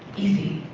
easy.